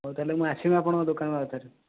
ହଉ ତା ହେଲେ ମୁଁ ଆସିବି ଆପଣ ଙ୍କ ଦୋକାନ କୁ ଆଉ ଥରେ